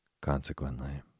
consequently